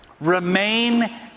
Remain